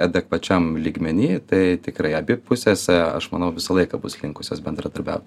adekvačiam lygmeny tai tikrai abi pusės aš manau visą laiką bus linkusios bendradarbiaut